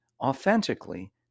authentically